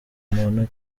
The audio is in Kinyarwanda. muntu